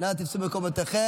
נא תפסו את מקומותיכם.